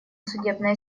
судебная